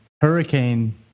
hurricane